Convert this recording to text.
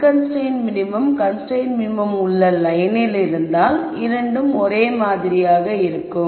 unconstrained minimum constrained minimum உள்ள லயனில் இருந்தால் இரண்டும் ஒரே மாதிரியாக இருக்கும்